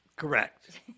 Correct